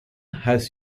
has